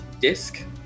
disc